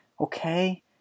okay